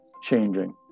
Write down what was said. changing